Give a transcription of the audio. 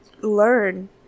learn